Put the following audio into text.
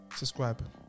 subscribe